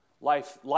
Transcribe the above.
Life